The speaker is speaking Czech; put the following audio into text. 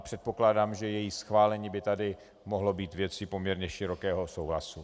Předpokládám, že její schválení by tady mohlo být věcí poměrně širokého souhlasu.